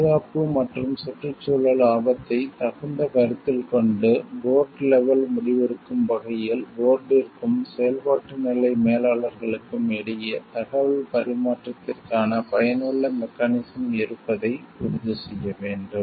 பாதுகாப்பு மற்றும் சுற்றுச்சூழல் ஆபத்தை தகுந்த கருத்தில் கொண்டு போர்ட் லெவல் முடிவெடுக்கும் வகையில் போர்ட்ற்கும் செயல்பாட்டு நிலை மேலாளர்களுக்கும் இடையே தகவல் பரிமாற்றத்திற்கான பயனுள்ள மெக்கானிசம் இருப்பதை உறுதி செய்ய வேண்டும்